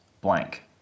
blank